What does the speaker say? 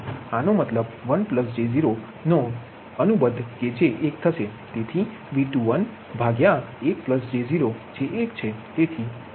આ નો મતલબ 1j0 નો અનુબદ્ધ કે જે એક થશે